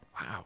Wow